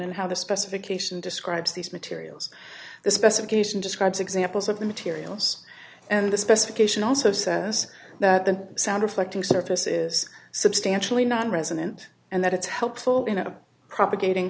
and how the specification describes these materials the specification describes examples of the materials and the specification also says that the sound reflecting surface is substantially not resonant and that it's helpful in a propagating